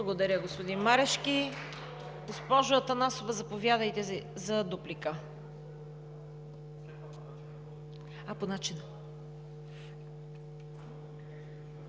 Благодаря, господин Марешки. Госпожо Атанасова, заповядайте за дуплика. ДЕСИСЛАВА